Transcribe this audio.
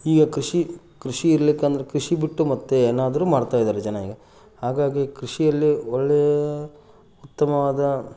ಈಗ ಕೃಷಿ ಕೃಷಿ ಇರಲಿಕ್ಕಂದ್ರೆ ಕೃಷಿ ಬಿಟ್ಟು ಮತ್ತು ಏನಾದ್ರೂ ಮಾಡ್ತಾಯಿದ್ದಾರೆ ಜನ ಈಗ ಹಾಗಾಗಿ ಕೃಷಿಯಲ್ಲಿ ಒಳ್ಳೆಯ ಉತ್ತಮವಾದ